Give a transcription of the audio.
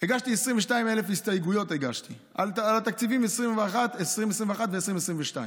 הגשתי 22,000 הסתייגויות על התקציב ל-2021 ו-2022.